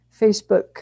Facebook